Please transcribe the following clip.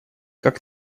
как